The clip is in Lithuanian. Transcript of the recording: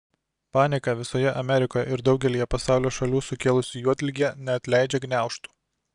paniką visoje amerikoje ir daugelyje pasaulio šalių sukėlusi juodligė neatleidžia gniaužtų